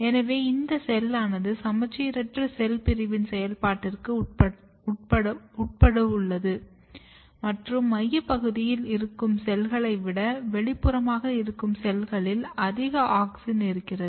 எனவே இந்த செல்லானது சமச்சீரற்ற செல் பிரிவின் செயல்பாட்டிற்கு உட்பட்டுள்ளது மற்றும் மையப்பகுதியில் இருக்கும் செல்களை விட வெளிப்புறமாக இருக்கும் செல்களில் அதிக ஆக்ஸின் இருக்கிறது